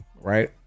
Right